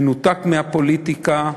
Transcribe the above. מנותק מהפוליטיקה,